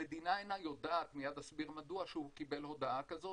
המדינה אינה יודעת מייד אסביר מדוע שהוא קיבל הודעה כזאת.